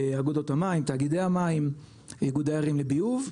אגודות המים, תאגידי המים, איגודי ערים לביוב.